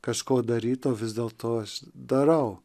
kažko daryt o vis dėlto darau